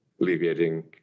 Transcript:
alleviating